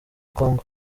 congo